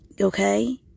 Okay